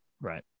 Right